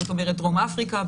זאת אומרת דרום אפריקה,